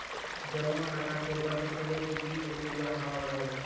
जमा खाता के बंद करे के की प्रक्रिया हाव हाय?